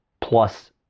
plus